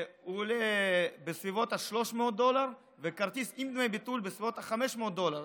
הוא עולה בסביבות 300 דולר וכרטיס עם דמי ביטול בסביבות 500 דולר,